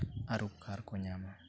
ᱟᱨ ᱩᱯᱠᱟᱨᱠᱚ ᱧᱟᱢᱟ